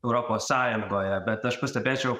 europos sąjungoje bet aš pastebėčiau